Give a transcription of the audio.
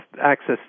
access